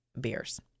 beers